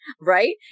right